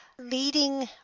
leading